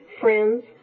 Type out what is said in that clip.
friends